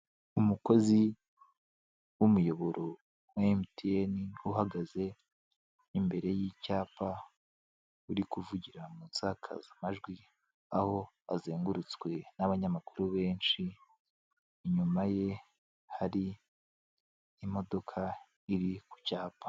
Umukozi w'umuyoboro wa emutiyene uhagaze imbere y'icyapa, uri kuvugira mu nsakazamajwi, aho azengurutswe n'abanyamakuru benshi, inyuma ye hari imodoka iri ku cyapa.